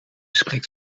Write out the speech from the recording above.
spreekt